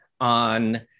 on